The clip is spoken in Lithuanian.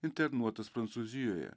internuotas prancūzijoje